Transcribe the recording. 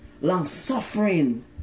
long-suffering